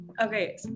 Okay